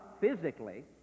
physically